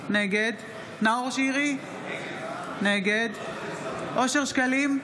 נגד נאור שירי, נגד אושר שקלים,